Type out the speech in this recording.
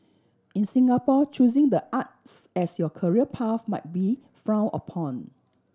in Singapore choosing the arts as your career path might be frown upon